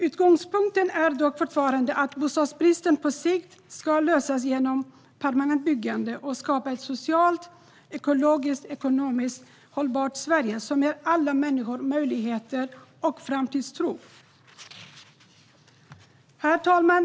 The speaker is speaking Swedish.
Utgångspunkten är dock fortfarande att bostadsbristen på sikt ska lösas genom permanent byggande och genom att skapa ett socialt, ekologiskt och ekonomiskt hållbart Sverige som ger alla människor möjligheter och framtidstro. Herr talman!